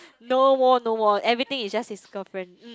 no war no war everything is just his girlfriend mm